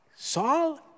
Saul